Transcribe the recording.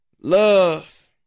Love